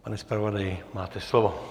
Pane zpravodaji, máte slovo.